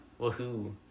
Woohoo